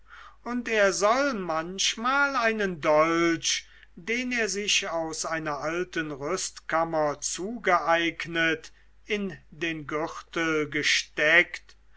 und er soll manchmal einen dolch den er sich aus einer alten rüstkammer zugeeignet in den gürtel gesteckt